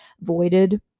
voided